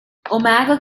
omagh